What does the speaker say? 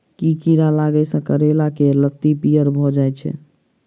केँ कीड़ा लागै सऽ करैला केँ लत्ती पीयर भऽ जाय छै?